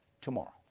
tomorrow